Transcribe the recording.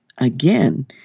Again